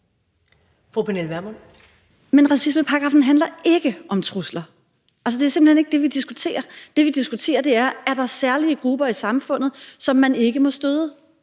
Men racismeparagraffen handler ikke om trusler, altså, det er simpelt hen ikke det, vi diskuterer. Det, vi diskuterer, er: Er der særlige grupper i samfundet, som man ikke må støde?